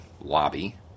lobby